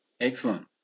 Excellent